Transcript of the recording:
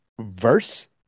verse